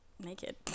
Naked